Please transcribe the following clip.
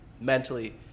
mentally